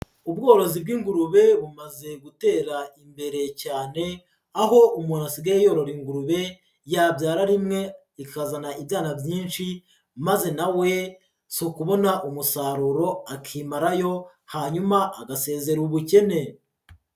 Ubworozi bw'ingurube bumaze gutera imbere cyane, aho umuntu asigaye yorora ingurube yabyara rimwe ikazana ibyana byinshi, maze nawe si ukubona umusaruro akimarayo, hanyuma agasezera ubukene.